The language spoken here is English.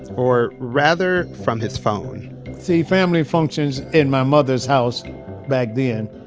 or rather, from his phone see, family functions in my mother's house back then,